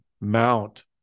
mount